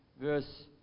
verse